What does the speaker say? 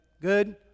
good